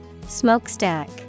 Smokestack